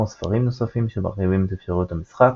כמו ספרים נוספים שמרחיבים את אפשרויות המשחק,